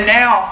now